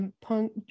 punk